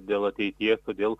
dėl ateities todėl